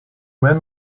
man